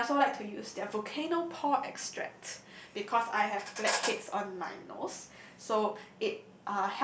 and I also like to use their Volcano pore extract because I have blackheads on my nose so it